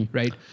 right